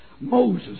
Moses